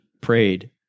prayed